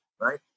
Right